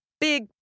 Big